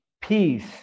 peace